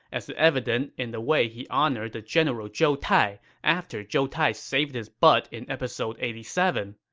as evident in the way he honored the general zhou tai after zhou tai saved his butt in episode eighty seven.